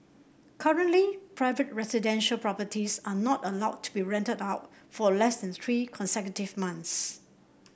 currently private residential properties are not allowed to be rented out for less than three consecutive months